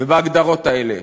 ובהגדרות האלה.